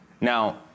Now